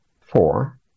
four